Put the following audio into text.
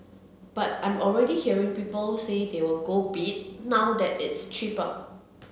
but I'm already hearing people say they will go bid now that it's cheaper